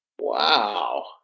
Wow